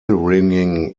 ringing